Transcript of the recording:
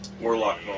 Warlock